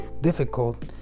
difficult